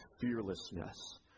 fearlessness